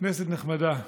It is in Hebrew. כנסת נכבדה,